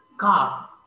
calf